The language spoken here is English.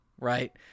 right